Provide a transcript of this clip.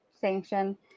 Sanction